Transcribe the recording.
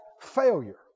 failure